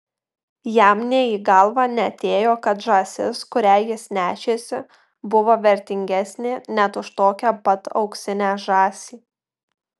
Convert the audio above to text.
jam nė į galvą neatėjo kad žąsis kurią jis nešėsi buvo vertingesnė net už tokią pat auksinę žąsį